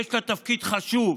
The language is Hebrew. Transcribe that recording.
יש לה תפקיד חשוב.